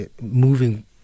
moving